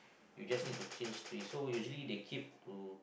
you just need to change tree so usually they keep to